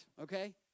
okay